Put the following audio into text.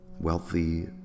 wealthy